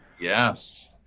Yes